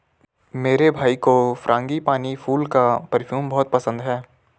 मेरे भाई को फ्रांगीपानी फूल का परफ्यूम बहुत पसंद है